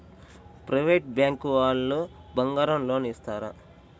Private bank వాళ్ళు బంగారం loan ఇస్తారా?